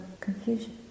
confusion